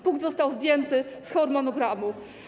Punkt został zdjęty z harmonogramu.